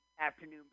afternoon